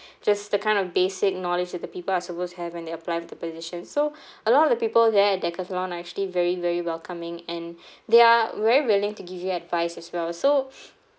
just the kind of basic knowledge that the people are supposed to have when they apply for the position so a lot of the people there at decathlon are actually very very welcoming and they are very willing to give you advice as well so